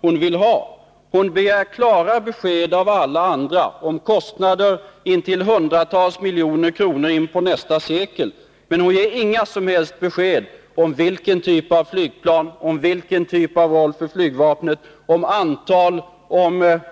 Fru Theorin begär klara besked av alla andra om kostnaden intill hundratals miljoner kronor inpå nästa sekel, men hon ger inga som helst besked om vilken typ av flygplan hon vill ha, till vilket antal,